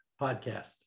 podcast